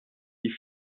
die